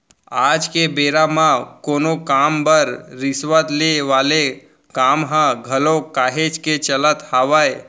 आज के बेरा म कोनो काम बर रिस्वत ले वाले काम ह घलोक काहेच के चलत हावय